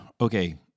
Okay